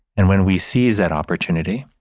and when we seize that opportunity,